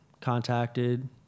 contacted